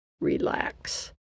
Relax